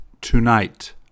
tonight